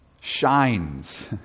shines